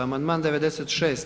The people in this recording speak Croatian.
Amandman 96.